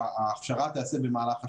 שההכשרה תיעשה במהלך השנה,